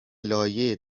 لایه